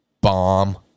bomb